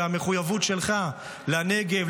והמחויבות שלך לנגב,